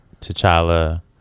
T'Challa